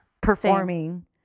performing